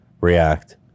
react